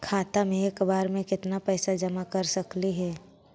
खाता मे एक बार मे केत्ना पैसा जमा कर सकली हे?